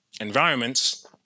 environments